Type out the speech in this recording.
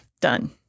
Done